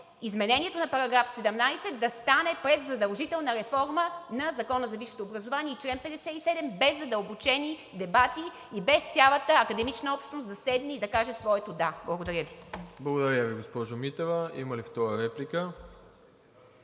изменението на § 17 да стане през задължителна реформа на Закона за висшето образование и чл. 57 – без задълбочени дебати и без цялата академична общност да седне и да каже своето „да“. Благодаря Ви. ПРЕДСЕДАТЕЛ МИРОСЛАВ ИВАНОВ: Благодаря Ви, госпожо Митева. Има ли втора реплика?